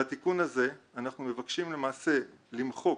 בתיקון הזה אנחנו מבקשים למעשה למחוק